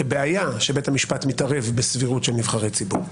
כבעיה שבית המשפט מתערב בסבירות של נבחרי ציבור.